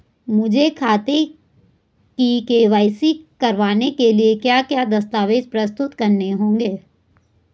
मुझे खाते की के.वाई.सी करवाने के लिए क्या क्या दस्तावेज़ प्रस्तुत करने होंगे?